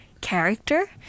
character